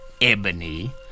Ebony